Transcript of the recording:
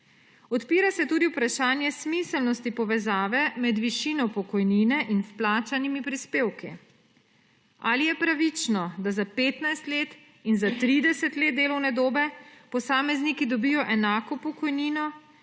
Odpira se tudi vprašanje smiselnosti povezave med višino pokojnine in vplačanimi prispevki. Ali je pravično, da za 15 let in za 30 let delovne dobe posamezniki dobijo enako pokojnino